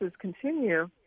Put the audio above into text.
continue